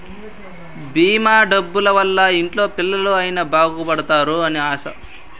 భీమా డబ్బుల వల్ల ఇంట్లో పిల్లలు అయిన బాగుపడుతారు అని ఆశ